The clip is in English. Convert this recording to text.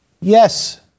Yes